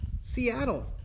Seattle